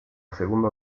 segunda